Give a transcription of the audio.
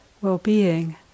well-being